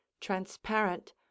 transparent